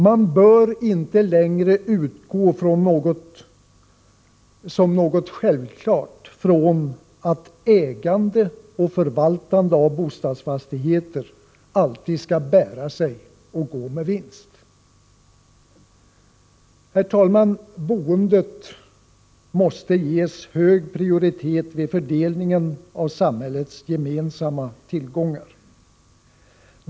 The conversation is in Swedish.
Man bör inte längre utgå från som något självklart att ägande och förvaltande av bostadsfastigheter alltid skall bära sig och gå med vinst. Herr talman! Boendet måste ges hög prioritet vid fördelningen av samhällets gemensamma tillgångar.